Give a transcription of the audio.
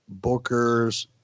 bookers